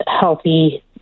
healthy